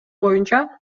боюнча